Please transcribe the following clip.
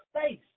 face